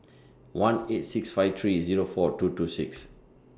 one eight six five three Zero four two two six